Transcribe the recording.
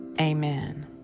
Amen